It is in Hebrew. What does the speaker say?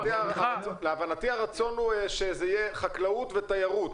להבנתי הרצון בגדול הוא שזה יהיה חקלאות ותיירות,